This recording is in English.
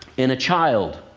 in a child,